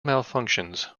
malfunctions